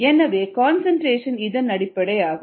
எனவே கன்சன்ட்ரேஷன் இதன் அடிப்டையாகும்